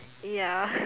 ya